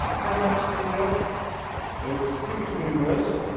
perhaps the judge excuse me, miss,